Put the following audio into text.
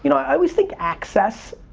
you know i always think access,